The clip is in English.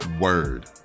word